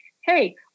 hey